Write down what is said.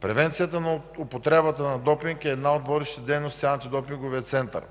Превенцията на употребата на допинг е една от водещите дейности в Антидопинговия център.